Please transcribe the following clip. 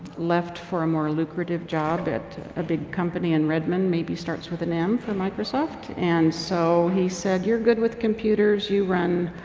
left for a more lucrative job at a big company in redmond, maybe starts with an m for microsoft. and so, he said you're good with computers. you run,